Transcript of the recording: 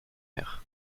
omer